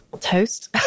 toast